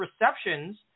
receptions